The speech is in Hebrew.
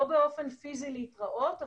לא באופן פיזי להתראות,